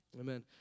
Amen